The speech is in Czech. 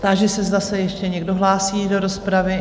Táži se, zda se ještě někdo hlásí do rozpravy?